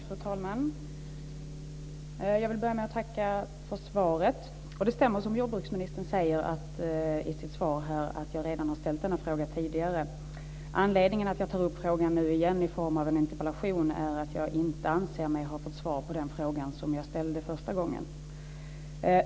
Fru talman! Jag vill börja med att tacka för svaret. Det stämmer som jordbruksministern säger i sitt svar att jag redan har ställt denna fråga tidigare. Anledningen till att jag nu tar upp frågan igen i form av en interpellation är att jag inte anser mig ha fått svar på den fråga som jag ställde första gången.